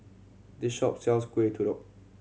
this shop sells Kuih Kodok